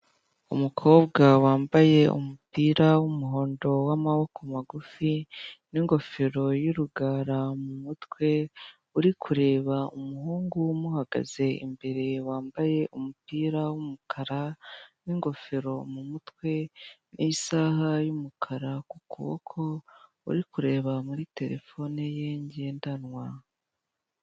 Umukobwa wambaye umupira w'umuhondo w'amaboko magufi, n'ingofro y'urugara mu mutwe, uri kureba umuhungu umuhagaze imbere wambaye umupira w'umukara n'ingofero mu mutwe, n'isaha y'umukara ku kuboko uri kureba muri terefone ye ngendanwa.